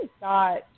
got